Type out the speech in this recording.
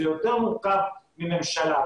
זה יותר מורכב מממשלה,